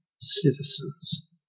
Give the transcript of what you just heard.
citizens